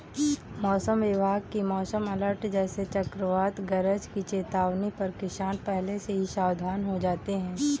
मौसम विभाग की मौसम अलर्ट जैसे चक्रवात गरज की चेतावनी पर किसान पहले से ही सावधान हो जाते हैं